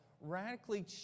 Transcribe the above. radically